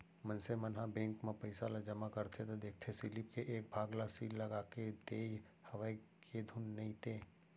मनसे मन ह बेंक म पइसा ल जमा करथे त देखथे सीलिप के एक भाग ल सील लगाके देय हवय के धुन नइते